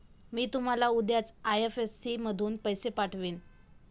मी तुम्हाला उद्याच आई.एफ.एस.सी मधून पैसे पाठवीन